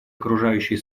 окружающей